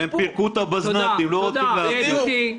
הם פירקו את הבזנטים, לא רוצים --- בדיוק.